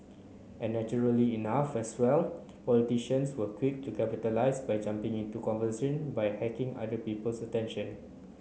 and naturally enough as well politicians were quick to capitalise by jumping into conversation by hacking other people's attention